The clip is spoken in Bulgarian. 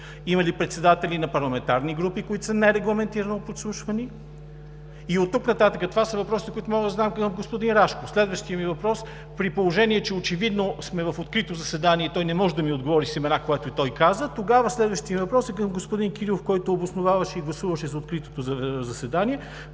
има ли председатели на парламентарни групи, които са нерегламентирано подслушвани, и оттук нататък това са въпросите, които мога да задам към господин Рашков. Следващият ми въпрос е: при положение че очевидно сме в открито заседание и той не може да ми отговори с имена, което и каза, тогава следващият ми въпрос е към господин Кирилов, който обосноваваше и гласуваше за откритото заседание